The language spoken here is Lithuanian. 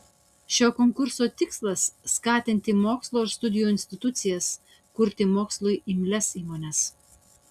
šio konkurso tikslas skatinti mokslo ir studijų institucijas kurti mokslui imlias įmones